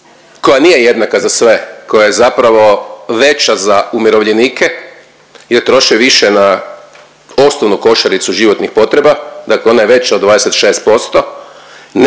koja nije jednaka za sve, koja je zapravo veća za umirovljenika jer troše više na osnovnu košaricu životnih potreba, dakle ona je veća od 26%,